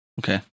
Okay